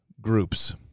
groups